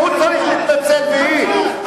גם הוא צריך להתנצל, והיא.